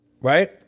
Right